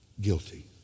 guilty